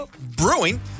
Brewing